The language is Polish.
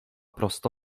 prosto